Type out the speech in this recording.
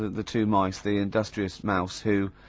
the two mice. the industrious mouse, who,